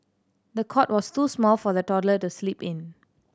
the cot was too small for the toddler to sleep in